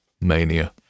mania